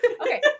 Okay